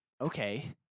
Okay